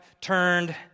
turned